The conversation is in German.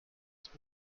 ist